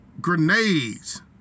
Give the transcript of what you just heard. grenades